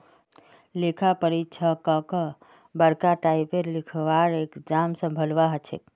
लेखा परीक्षकक बरका टाइपेर लिखवार एग्जाम संभलवा हछेक